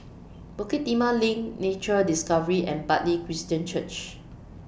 Bukit Timah LINK Nature Discovery and Bartley Christian Church